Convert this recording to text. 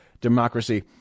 democracy